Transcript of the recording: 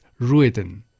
Ruiden